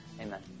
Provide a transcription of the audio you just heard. Amen